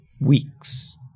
weeks